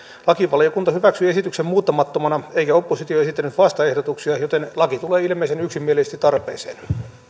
lakivaliokunta hyväksyi esityksen muuttamattomana eikä oppositio esittänyt vastaehdotuksia joten laki tulee ilmeisen yksimielisesti tarpeeseen